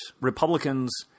Republicans